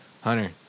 Hunter